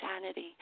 sanity